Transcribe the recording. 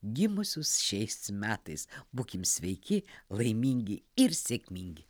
gimusius šiais metais būkim sveiki laimingi ir sėkmingi